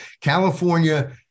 california